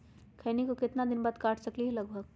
खैनी को कितना दिन बाद काट सकलिये है लगभग?